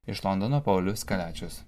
iš londono paulius kaliačius